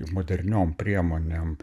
moderniom priemonėm